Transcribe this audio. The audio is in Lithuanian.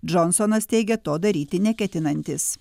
džonsonas teigia to daryti neketinantis